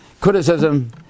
criticism